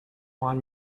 won